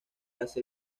hace